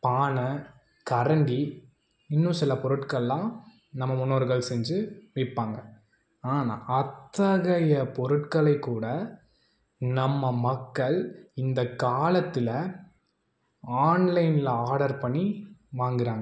பானை கரண்டி இன்னும் சில பொருட்கள்லாம் நம்ம முன்னோர்கள் செஞ்சி விற்பாங்க ஆனால் அத்தகைய பொருட்களை கூட நம்ம மக்கள் இந்த காலத்தில் ஆன்லைன்ல ஆடர் பண்ணி வாங்குகிறாங்க